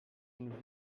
and